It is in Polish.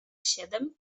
siedem